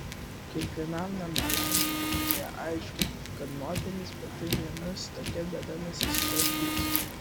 kiekvienam normaliam vyriškiui aišku kad moteris pati viena su tokia bėda nesusitvarkys